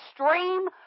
extreme